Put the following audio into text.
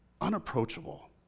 unapproachable